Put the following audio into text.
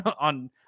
on